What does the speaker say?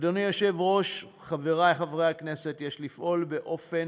אדוני היושב-ראש, חברי חברי הכנסת, יש לפעול באופן